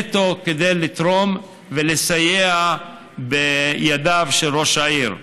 הם באים נטו כדי לתרום ולסייע בידיו של ראש העיר.